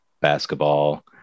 basketball